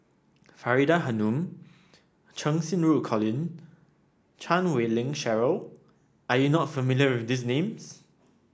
Faridah Hanum Cheng Xinru Colin Chan Wei Ling Cheryl Are you not familiar with these names